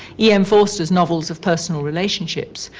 e. m. forster's novels of personal relationships.